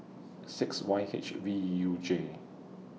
six Y H V U J